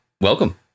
welcome